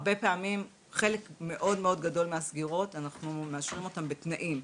חלק גדול מהסגירות אנחנו מאשרים אותם בתנאים,